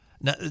Now